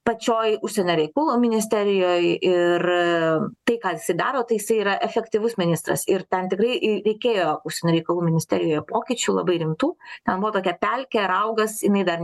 pačioj užsienio reikalų ministerijoj ir tai ką daro tai jisai yra efektyvus ministras ir ten tikrai reikėjo užsienio reikalų ministerijoje pokyčių labai rimtų ten buvo tokia pelkė raugas jinai dar